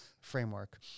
framework